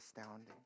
astounding